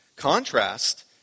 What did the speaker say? contrast